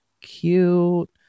cute